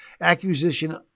Acquisition